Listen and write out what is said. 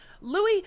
louis